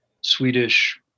swedish